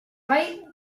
vall